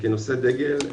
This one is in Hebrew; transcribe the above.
כנושא דגל,